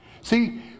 see